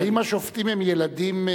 האם השופטים הם ילדים,